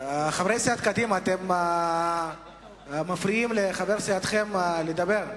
חברי סיעת קדימה, אתם מפריעים לחבר סיעתכם לדבר.